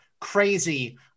crazy